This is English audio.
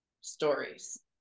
stories